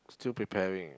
still preparing